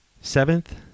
Seventh